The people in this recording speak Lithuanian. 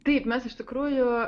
taip mes iš tikrųjų